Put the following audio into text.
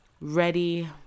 ready